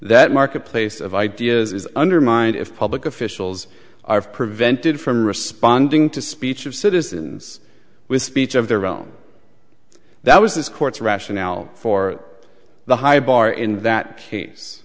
that marketplace of ideas is undermined if public officials are prevented from responding to speech of citizens with speech of their own that was this court's rationale for the high bar in that case